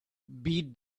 beat